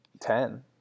ten